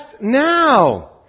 now